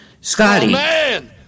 Scotty